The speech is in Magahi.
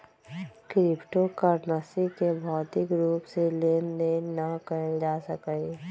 क्रिप्टो करन्सी के भौतिक रूप से लेन देन न कएल जा सकइय